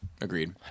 Agreed